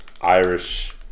Irish